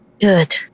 Good